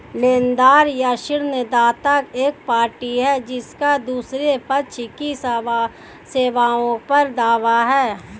लेनदार या ऋणदाता एक पार्टी है जिसका दूसरे पक्ष की सेवाओं पर दावा है